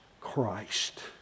Christ